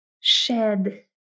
shed